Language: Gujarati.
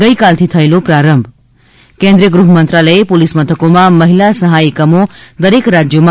ગઇકાલથી થયેલો પ્રારંભ કેન્દ્રિય ગૃહ મંત્રાલયે પોલીસ મથકોમાં મહિલા સહાય એકમો દરેક રાજ્યોમાં